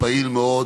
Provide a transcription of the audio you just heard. פעיל מאוד,